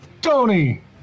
Tony